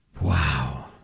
Wow